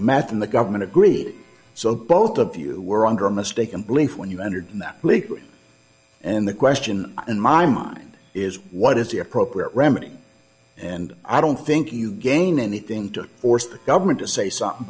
math and the government agreed so both of you were under a mistaken belief when you entered that leap and the question in my mind is what is the appropriate remedy and i don't think you gain anything to force the government to say something